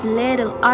little